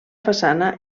façana